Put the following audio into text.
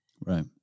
Right